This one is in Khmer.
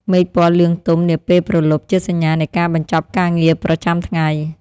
មេឃពណ៌លឿងទុំនាពេលព្រលប់ជាសញ្ញានៃការបញ្ចប់ការងារប្រចាំថ្ងៃ។